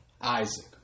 Isaac